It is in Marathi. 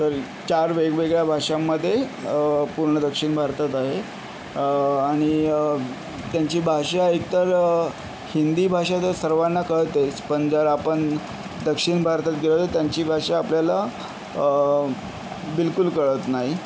तर चार वेगवगळ्या भाषांमध्ये पूर्ण दक्षिण भारतात आहे आणि त्यांची भाषा एकतर हिंदी भाषा तर सर्वांना कळतेच पण जर आपण दक्षिण भारतात गेलं तर त्याची भाषा आपल्याला बिलकुल कळत नाही